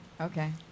okay